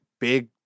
big